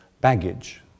baggage